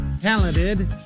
talented